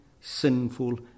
sinful